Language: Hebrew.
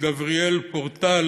גבריאל פורטל,